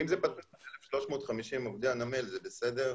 אם זה פתוח ל-1,350 עובדי הנמל זה בסדר,